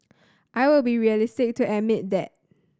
I will be realistic to admit that